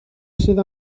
sydd